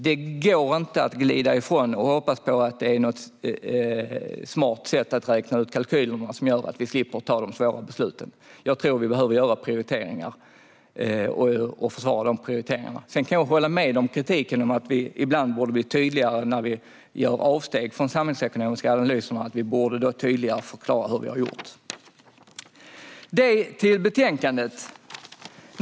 Det går inte att glida ifrån ansvaret och hoppas på att det är ett smart sätt att räkna ut kalkyler som gör att vi slipper att fatta de svåra besluten. Jag tror att vi måste göra prioriteringar och försvara dessa prioriteringar. Sedan kan jag hålla med om kritiken om att vi ibland borde bli tydligare när vi gör avsteg från de samhällsekonomiska analyserna. Vi borde då tydligare förklara hur vi har gjort.